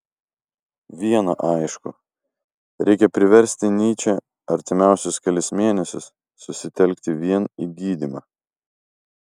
viena aišku reikia priversti nyčę artimiausius kelis mėnesius susitelkti vien į gydymą